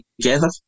together